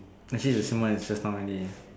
actually the same one as just now already